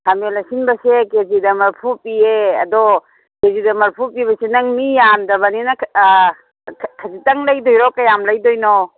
ꯈꯥꯃꯦꯜ ꯑꯁꯤꯟꯕꯁꯦ ꯀꯦꯖꯤꯗ ꯃꯔꯐꯨ ꯄꯤꯌꯦ ꯑꯗꯣ ꯀꯦꯖꯤꯗ ꯃꯔꯐꯨ ꯄꯤꯕꯁꯦ ꯅꯪ ꯃꯤ ꯌꯥꯝꯗꯕꯅꯤꯅ ꯈ ꯈ ꯈꯖꯤꯛꯇꯪ ꯂꯩꯗꯣꯏꯔꯣ ꯀꯌꯥꯝ ꯂꯩꯗꯣꯏꯅꯣ